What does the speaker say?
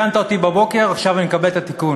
5%. תיקנת אותי בבוקר, עכשיו אני מקבל את התיקון.